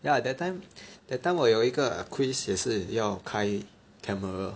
ya that time that time 我有一个 quiz 也是要开 camera